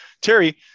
Terry